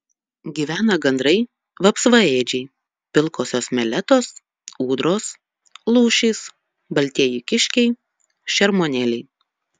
gyvena gandrai vapsvaėdžiai pilkosios meletos ūdros lūšys baltieji kiškiai šermuonėliai